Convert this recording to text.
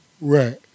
Right